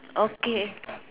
okay